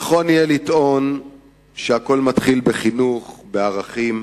נכון יהיה לטעון שהכול מתחיל בחינוך, בערכים,